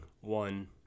one